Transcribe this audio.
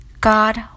God